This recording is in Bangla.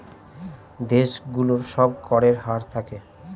দেশ গুলোর সব করের হার থাকে